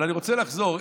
אבל אני רוצה לחזור,